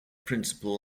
principal